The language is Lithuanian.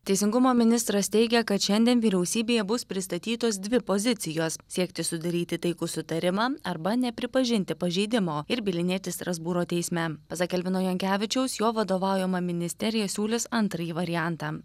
teisingumo ministras teigia kad šiandien vyriausybėje bus pristatytos dvi pozicijos siekti sudaryti taikų sutarimą arba nepripažinti pažeidimo ir bylinėtis strasbūro teisme pasak elvino jankevičiaus jo vadovaujama ministerija siūlys antrąjį variantą